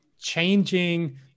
changing